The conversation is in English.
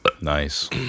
Nice